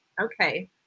okay